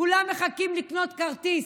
כולם מחכים לקנות כרטיס,